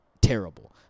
terrible